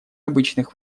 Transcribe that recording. обычных